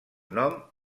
nom